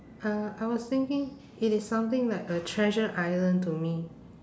uh I was thinking it is something like a treasure island to me